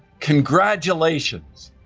congratulations!